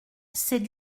c’est